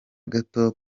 gato